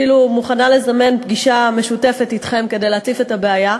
ואני אפילו מוכנה לזמן פגישה משותפת אתכם כדי להציף את הבעיה.